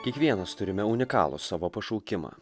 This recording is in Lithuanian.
kiekvienas turime unikalų savo pašaukimą